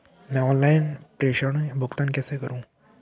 मैं ऑनलाइन प्रेषण भुगतान कैसे करूँ?